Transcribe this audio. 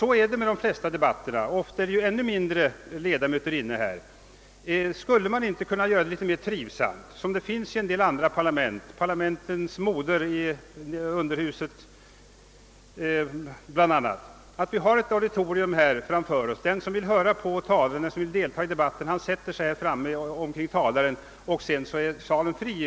Så är det vid många debatter, och ofta är det ännu färre ledamöter inne än nu. Skulle man inte kunna göra det litet mer trivsamt som i en del andra parlament, exempelvis parlamentens moder, underhuset i London. Vi kunde göra så att den som vill delta i debatten sätter sig här framme kring talarstolen och i övrigt är salen fri.